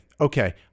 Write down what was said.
Okay